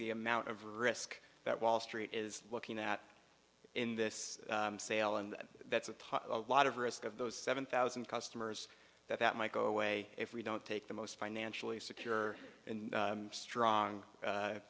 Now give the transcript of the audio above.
the amount of risk that wall street is looking at in this sale and that's a tough a lot of risk of those seven thousand customers that that might go away if we don't take the most financially secure and strong